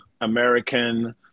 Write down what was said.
American